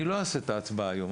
אני לא אעשה את ההצבעה היום,